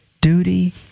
Duty